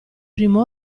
primo